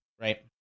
right